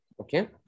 okay